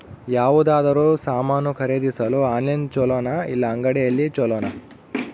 ಯಾವುದಾದರೂ ಸಾಮಾನು ಖರೇದಿಸಲು ಆನ್ಲೈನ್ ಛೊಲೊನಾ ಇಲ್ಲ ಅಂಗಡಿಯಲ್ಲಿ ಛೊಲೊನಾ?